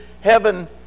heaven